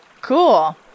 Cool